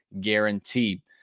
guarantee